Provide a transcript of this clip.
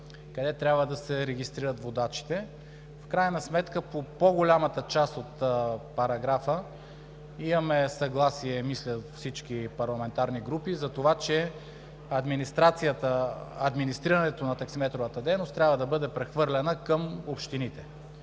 къде трябва да се регистрират водачите? В крайна сметка по по-голямата част от параграфа мисля, че имаме съгласие всички парламентарни групи, затова че администрирането на таксиметровата дейност трябва да бъде прехвърлено към общините.